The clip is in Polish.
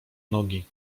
nogi